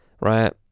right